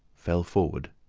fell forward,